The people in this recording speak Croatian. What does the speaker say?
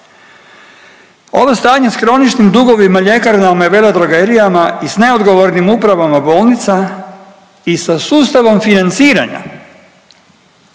Ovo stanje s kroničnim dugovima ljekarnama i veledrogerijama i s neodgovornim upravama bolnica i sa sustavom financiranja